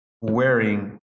wearing